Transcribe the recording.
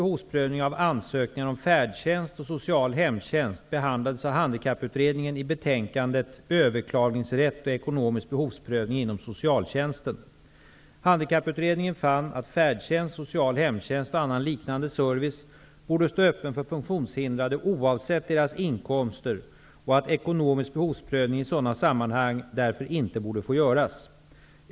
Handikapputredningen fann att färdtjänst, social hemtjänst och annan liknande service borde stå öppna för funktionshindrade oavsett deras inkomster och att ekonomisk behovsprövning i sådana sammanhang därför inte borde få göras.